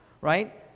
right